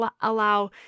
allow